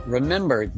Remember